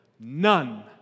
none